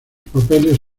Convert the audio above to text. papeles